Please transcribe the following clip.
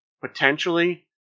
Potentially